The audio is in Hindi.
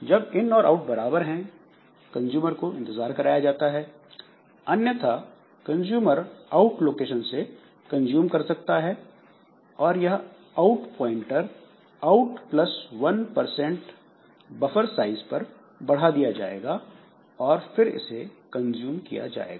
जब इन और आउट बराबर हैं कंजूमर को इंतजार कराया जाता है अन्यथा कंजूमर आउट लोकेशन से कंज्यूम कर सकता है और यह out pointer out plus one percent buffer size पर बढ़ा दिया जाएगा और फिर इसे कंज़्यूम किया जाएगा